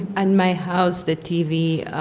and my house, the tv